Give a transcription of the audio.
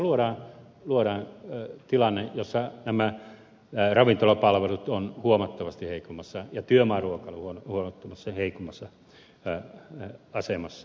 nyt tässä luodaan tilanne jossa ravintolapalvelut ja työmaaruokailu ovat huomattavasti heikommassa asemassa